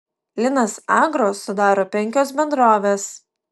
linas agro sudaro penkios bendrovės